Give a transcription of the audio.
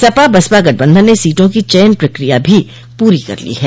सपा बसपा गठबंधन ने सीटों की चयन प्रक्रिया भी पूरी कर ली है